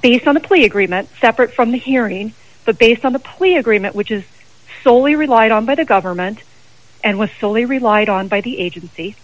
based on the plea agreement separate from the hearing but based on the plea agreement which is solely relied on by the government and was solely relied on by the agency